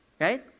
right